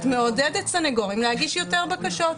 את מעודדת סנגורים להגיש יותר בקשות.